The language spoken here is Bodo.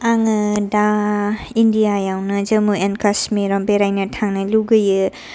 आङो दा इन्डियायावनो जम्मु एण्ड काशमिराव बेरायनो थांनो लुगैयो